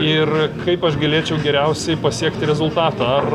ir kaip aš galėčiau geriausiai pasiekti rezultatą ar